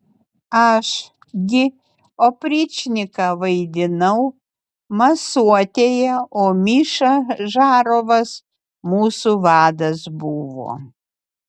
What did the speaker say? aš gi opričniką vaidinau masuotėje o miša žarovas mūsų vadas buvo